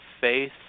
faith